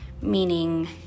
meaning